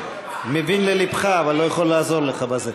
מבין ללבך, אבל לא יכול לעזור לך בזה.